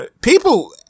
people